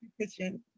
kitchen